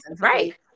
right